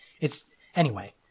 it's—anyway